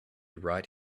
right